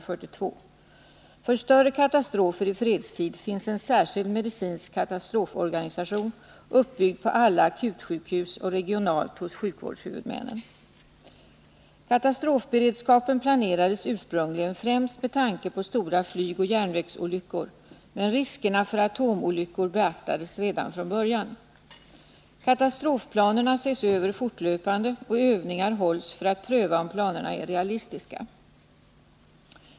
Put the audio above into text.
För större katastrofer i fredstid finns en särskild medicinsk katastroforganisation uppbyggd på alla akutsjukhus och regionalt hos sjukvårdshuvudmännen. Katastrofberedskapen planerades ursprungligen främst med tanke på stora flygoch järnvägsolyckor, men även riskerna för atomolyckor beaktades redan från början. Katastrofplanerna ses över fortlöpande och övningar hålls för att pröva om planerna är realistiska.